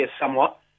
somewhat